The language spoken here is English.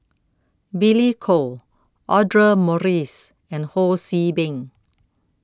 Billy Koh Audra Morrice and Ho See Beng